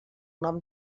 nom